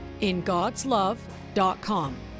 ingodslove.com